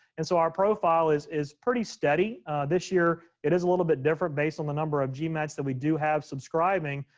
and so our profile is is pretty steady this year. it is a little bit different based on the number of gmats that we do have subscribing.